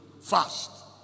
fast